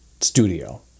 studio